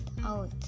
out